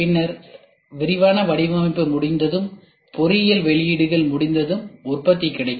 பின்னர் விரிவான வடிவமைப்பு முடிந்ததும் பொறியியல் வெளியீடுகள் முடிந்ததும் உற்பத்தி கிடைக்கும்